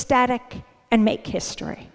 static and make history